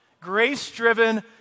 Grace-driven